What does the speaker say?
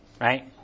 right